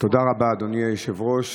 תודה רבה, אדוני היושב-ראש.